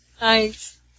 Nice